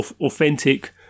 authentic